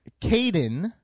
Caden